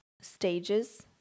stages